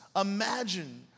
imagine